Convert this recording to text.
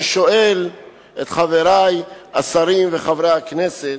אני שואל את חברי השרים וחברי הכנסת: